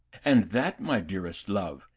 and that, my dearest love,